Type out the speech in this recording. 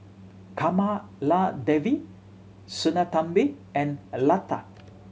Kamaladevi Sinnathamby and Lata